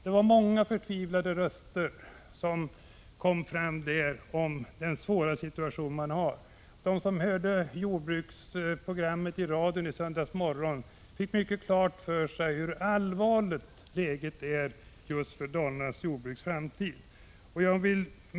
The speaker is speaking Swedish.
Det var många som var förtvivlade över den svåra situationen. De som hörde jordbruksprogrammet i radion i söndags morse fick klart för sig hur allvarligt läget är beträffande just Dalajordbrukets framtid.